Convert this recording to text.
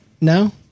No